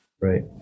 Right